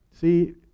see